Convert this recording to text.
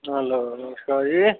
hello नमस्कार जी